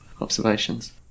observations